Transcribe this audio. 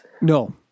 No